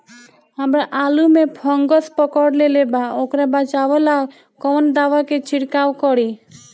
हमरा आलू में फंगस पकड़ लेले बा वोकरा बचाव ला कवन दावा के छिरकाव करी?